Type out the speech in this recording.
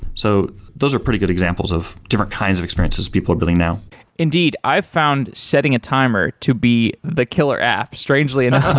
so those are pretty good examples of different kinds of experiences people are building now indeed. i found setting a timer to be the killer app strangely enough